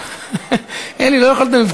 תוכל להשיב